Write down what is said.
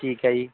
ਠੀਕ ਹੈ ਜੀ